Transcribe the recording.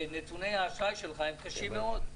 שלך הם קשים מאוד.